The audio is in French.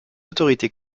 autorités